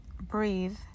breathe